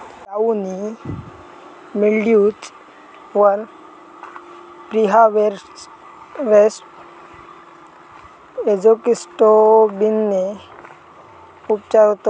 downy mildews वर preharvest एजोक्सिस्ट्रोबिनने उपचार होतत